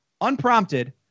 unprompted